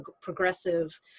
progressive